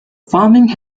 farming